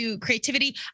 creativity